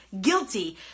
guilty